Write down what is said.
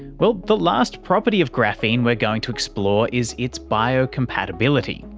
well, the last property of graphene we're going to explore is its biocompatibility.